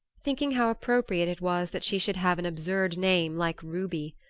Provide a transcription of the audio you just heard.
thinking how appropriate it was that she should have an absurd name like ruby.